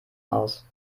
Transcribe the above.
aus